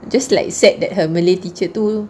just like sad that her malay teacher tu